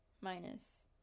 minus